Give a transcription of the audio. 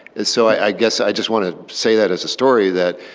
and so, i guess i just want to say that as a story that